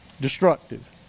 destructive